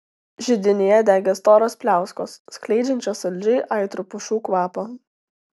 židinyje degė storos pliauskos skleidžiančios saldžiai aitrų pušų kvapą